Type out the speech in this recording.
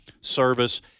service